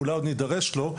ואולי עוד נידרש לו,